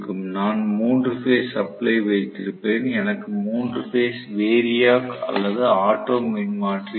நான் 3 phase supply வைத்திருப்பேன் எனக்கு 3 பேஸ் வேரியாக் அல்லது ஆட்டோ மின்மாற்றி இருக்கும்